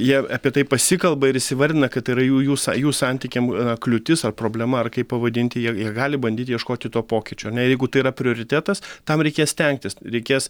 jie apie tai pasikalba ir įsivardina kad tai yra jų jų jų santykiam kliūtis ar problema ar kaip pavadinti jie jie gali bandyti ieškoti to pokyčio ne jeigu tai yra prioritetas tam reikia stengtis reikės